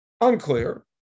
Unclear